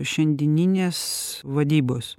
šiandieninės vadybos